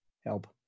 help